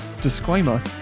disclaimer